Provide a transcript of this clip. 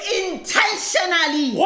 intentionally